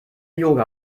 yoga